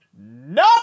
no